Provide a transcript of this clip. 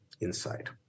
inside